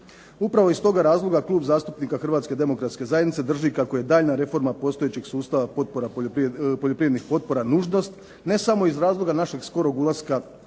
Upravo iz toga razloga Klub zastupnika Hrvatske demokratske zajednice drži kako je daljnja reforma postojećeg sustava poljoprivrednih potpora nužnost, ne samo iz razloga našeg skorog ulaska i